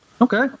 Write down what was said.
Okay